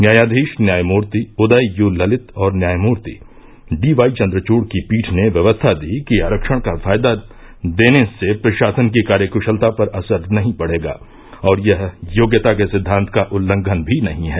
न्यायाधीश न्यायमूर्ति उदय यू ललित और न्यायमूर्ति डीवाई चंद्रचूड़ की पीठ ने व्यवस्था दी कि आरक्षण का फायदा देने से प्रशासन की कार्यकुशलता पर असर नहीं पड़ेगा और यह योग्यता के सिद्वांत का उल्लंघन भी नहीं है